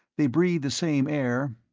they breathe the same air.